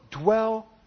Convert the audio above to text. dwell